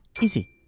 Easy